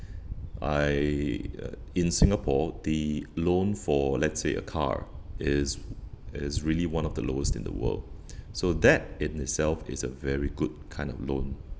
I uh in Singapore the loan for let's say a car is is really one of the lowest in the world so that in itself is a very good kind of loan